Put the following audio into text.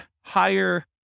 higher